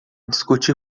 discutir